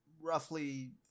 roughly